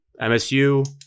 MSU